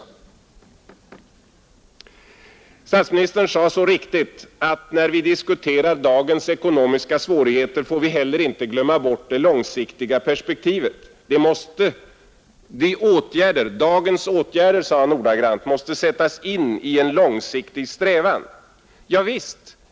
Statsministern sade så riktigt att när vi diskuterar dagens ekonomiska svårigheter får vi heller inte glömma bort det långsiktiga perspektivet. Dagens åtgärder, sade han ordagrant, måste sättas in i en långsiktig strävan, Ja visst.